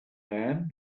man